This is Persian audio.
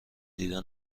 دیده